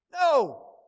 No